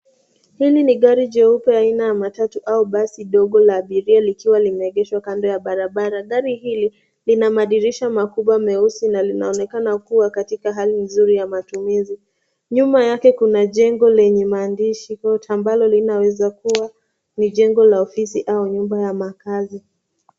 Hili ni gari jeupe, aina ya matatu au basi ndogo la abiria likiwa limeegeshwa kando ya barabara. Gari hili lina madirisha makubwa meusi, na linaonekana kuwa katika hali nzuri ya matumizi. Nyuma yake kuna jengo lenye maandishi kwa ukuta ambalo linaweza kuwa ni jengo la ofisi au nyumba ya makazi.